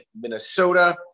Minnesota